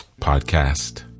podcast